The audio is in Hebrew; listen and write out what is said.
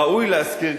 ראוי להזכיר,